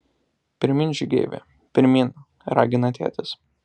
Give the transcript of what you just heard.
pirmyn žygeivi pirmyn ragina tėtis